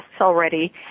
already